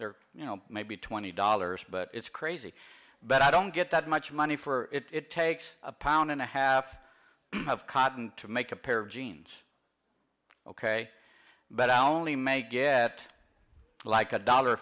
they're you know maybe twenty dollars but it's crazy but i don't get that much money for it it takes a pound and a half of cotton to make a pair of jeans ok but i only made get like a dollar